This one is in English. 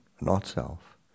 not-self